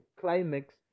climax